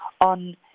on